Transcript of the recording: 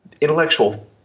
intellectual